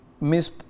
Miss